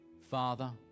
Father